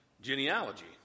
genealogy